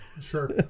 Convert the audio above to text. Sure